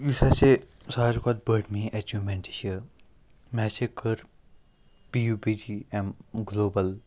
یُس ہاسے ساروی کھۄتہٕ بٔڑ میٛٲنۍ اٮ۪چیٖومٮ۪نٛٹ چھِ مےٚ ہاسے کٔر P U B G M global